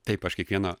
taip aš kiekvieną